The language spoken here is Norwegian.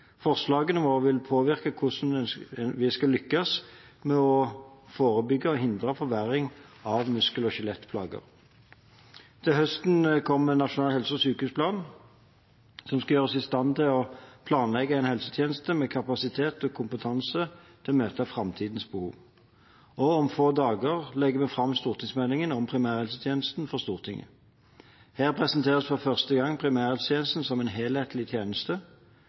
Forslagene våre vil påvirke hvordan vi skal lykkes med å forebygge og hindre forverring av muskel- og skjelettplager. Til høsten kommer Nasjonal helse- og sykehusplan som skal gjøre oss i stand til å planlegge en helsetjeneste med kapasitet og kompetanse til å møte framtidens behov. Om få dager legger vi fram stortingsmeldingen om primærhelsetjenesten for Stortinget. Her presenteres for første gang primærhelsetjenesten som en helhetlig tjeneste.